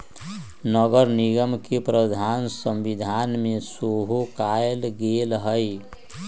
नगरनिगम के प्रावधान संविधान में सेहो कयल गेल हई